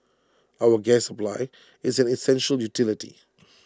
our gas supply is an essential utility